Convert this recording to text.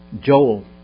Joel